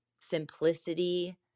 simplicity